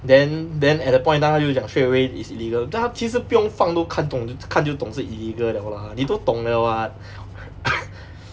then then at the point in time 他就讲 straight away it's illegal 他就其实不用放都看懂就看就懂是 illegal liao mah 你都懂的 [what]